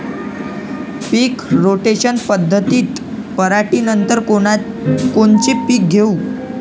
पीक rotation पद्धतीत पराटीनंतर कोनचे पीक घेऊ?